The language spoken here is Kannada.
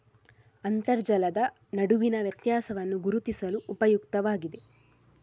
ಅಂತರ್ಜಲದ ನಡುವಿನ ವ್ಯತ್ಯಾಸವನ್ನು ಗುರುತಿಸಲು ಉಪಯುಕ್ತವಾಗಿದೆ